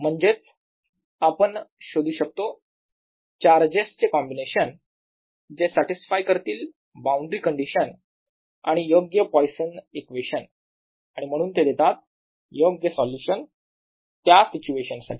म्हणजेच आपण शोधू शकतो चार्जचे कॉम्बिनेशन जे सॅटिसफाय करतील बाउंड्री कंडीशन आणि योग्य पॉयसन इक्वेशन म्हणून ते देतात योग्य सोल्युशन त्या सिच्युएशन साठी